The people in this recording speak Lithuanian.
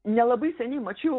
nelabai seniai mačiau